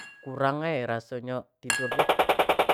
Kurang bae raso nyo